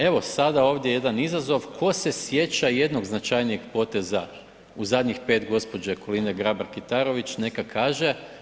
Evo sada ovdje jedan izazov, tko se sjeća jednog značajnijeg poteza u zadnjih 5 gđe. Kolinde Grabar Kitarović, neka kaže.